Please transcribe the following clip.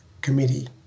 committee